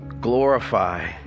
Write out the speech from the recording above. glorify